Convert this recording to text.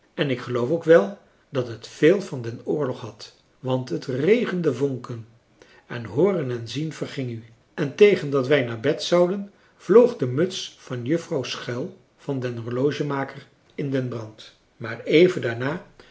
en ik geloof ook wel dat het veel van den oorlog had want het regende vonken en hooren en zien verging u en tegen dat wij naar bed zouden vloog de muts van juffrouw schuil van den horlogemaker in den brand maar even daarna